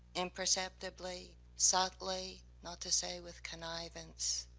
inperceptibly, subtly, not to say with connivance.